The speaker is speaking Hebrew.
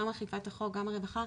גם אכיפת החוק וגם הרווחה,